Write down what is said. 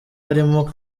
arimo